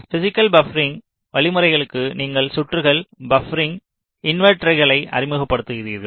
physical buffering வழிமுறைகளுக்கு நீங்கள் சுற்றுகள் பப்பரிங் இன்வெர்ட்டர்களை அறிமுகப்படுத்துகிறீர்கள்